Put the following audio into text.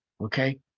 okay